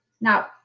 Now